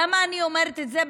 למה אני אומרת את זה?